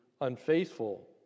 unfaithful